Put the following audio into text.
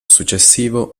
successivo